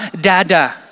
dada